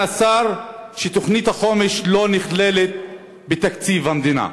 השר שתוכנית החומש לא נכללת בתקציב המדינה.